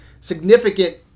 significant